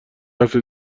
هفته